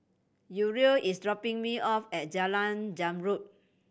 Uriel is dropping me off at Jalan Zamrud